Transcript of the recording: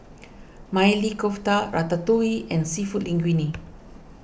Maili Kofta Ratatouille and Seafood Linguine